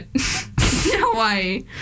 Hawaii